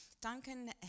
Duncan